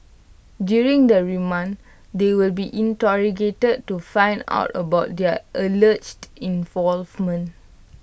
during the remand they will be interrogated to find out about their alleged involvement